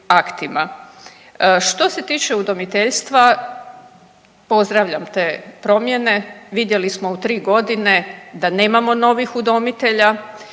Što se tiče udomiteljstva pozdravljam te promjene, vidjeli smo u te tri godine da nemamo novih udomitelja.